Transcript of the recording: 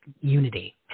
unity